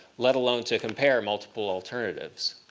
let alone to compare multiple alternatives.